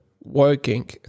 working